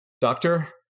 doctor